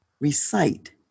recite